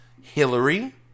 Hillary